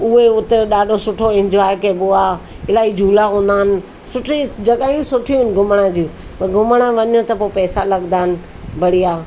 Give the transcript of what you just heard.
हुंअ उते ॾाढो सुठो इनजॉए कबो आहे इलाही झूला हूंदा आहिनि सुठी जॻहियूं सुठियूं आहिनि घुमण जूं घुमणु वञु त पोइ पैसा लॻंदा आहिनि बढ़िया